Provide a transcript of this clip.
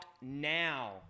now